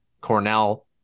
cornell